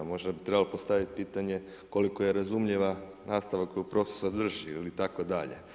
Možda bi trebalo postaviti pitanje koliko je razumljiva nastava koju profesor drži ili itd.